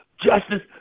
justice